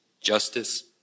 justice